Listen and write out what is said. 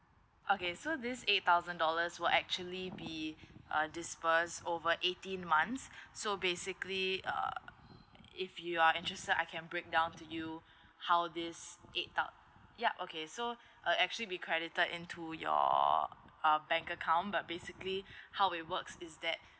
okay so this eight thousand dollars will actually be uh disbursed over eighteen months so basically err if you are interested I can break down to you how this eight thou~ yup okay so uh actually be credited into your ah bank account but basically how it works is that